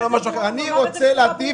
אני רוצה להיטיב.